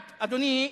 אדוני,